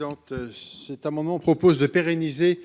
Monsieur Buffet.-- Cet amendement propose de pérenniser